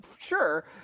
Sure